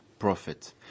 profit